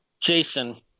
jason